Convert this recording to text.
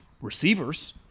receivers